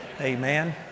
Amen